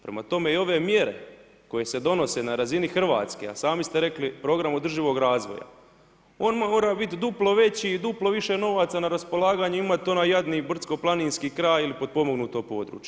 Prema tome i ove mjere koje se donose na razini Hrvatske, a sami ste rekli program održivog razvoja, on mora biti duplo veći i duplo više novaca na raspolaganju imat onaj jadni brdsko planinski kraj ili potpomognuto područje.